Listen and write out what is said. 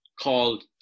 called